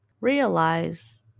realize